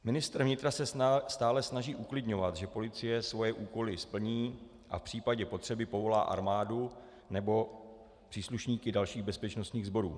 Ministr vnitra se stále snaží uklidňovat, že policie svoje úkoly splní a v případě potřeby povolá armádu nebo příslušníky dalších bezpečnostních sborů.